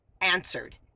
answered